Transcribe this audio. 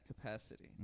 capacity